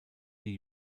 die